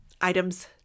items